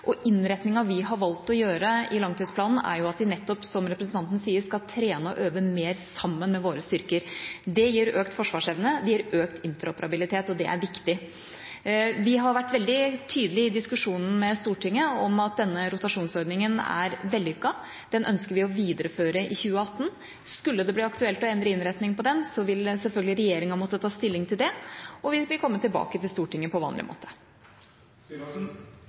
og innretningen vi har valgt å gjøre i langtidsplanen, er at vi nettopp, som representanten sier, skal trene og øve mer sammen med våre styrker. Det gir økt forsvarsevne, det gir økt interoperabilitet, og det er viktig. Vi har vært veldig tydelige i diskusjonen med Stortinget på at denne rotasjonsordningen er vellykket. Den ønsker vi å videreføre i 2018. Skulle det bli aktuelt å endre innretningen på den, vil selvfølgelig regjeringa måtte ta stilling til det, og vi vil komme tilbake til Stortinget på vanlig måte.